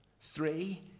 Three